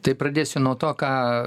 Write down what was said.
tai pradėsiu nuo to ką